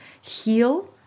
heal